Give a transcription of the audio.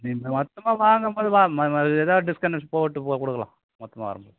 மொத்தமாக வாங்கும் போது வாமா எதாவது டிஸ்கோண்ட் போ போட்டு கொடுக்கலாம் மொத்தமாக